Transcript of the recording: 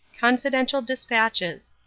confidential despatches.